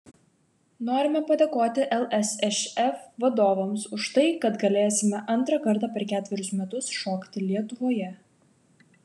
norime padėkoti lsšf vadovams už tai kad galėsime antrą kartą per ketverius metus šokti lietuvoje